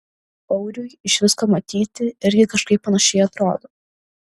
auriui iš visko matyti irgi kažkaip panašiai atrodo